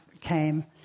came